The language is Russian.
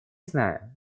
знаю